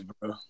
bro